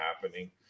happening